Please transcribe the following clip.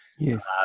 Yes